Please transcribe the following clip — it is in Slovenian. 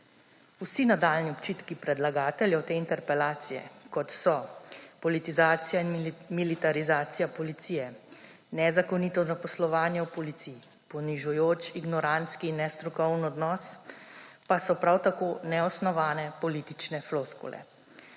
Vsi nadaljnji očitki predlagateljev te interpelacije, kot so politizacija in militarizacija policije, nezakonito zaposlovanje v policiji, ponižujoč, ignorantski in nestrokoven odnos, pa so prav tako neosnovane politične floskule.